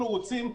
אנחנו רוצים,